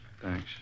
Thanks